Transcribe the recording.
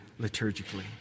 liturgically